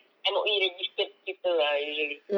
M_O_E registered people ah usually